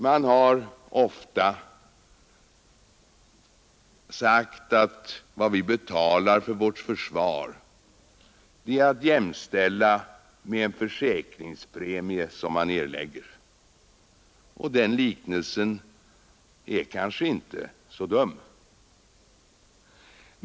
Man har ofta sagt att vad vi betalar för vårt försvar är att jämställa med en försäkringspremie som man erlägger, och den liknelsen är kanske inte så dum.